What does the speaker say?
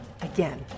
again